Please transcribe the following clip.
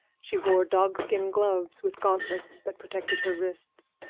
she wore dogskin gloves, with gauntlets that protected her wrists.